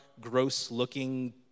gross-looking